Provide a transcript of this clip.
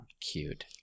cute